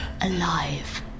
Alive